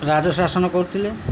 ରାଜ ଶାସନ କରୁଥିଲେ